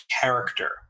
character